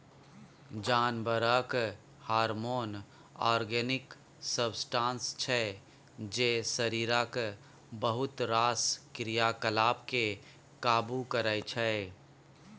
जानबरक hormone organic substance छै जे शरीरक बहुत रास क्रियाकलाप केँ काबु करय छै